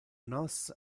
nos